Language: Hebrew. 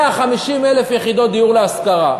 150,000 יחידות דיור להשכרה.